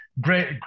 great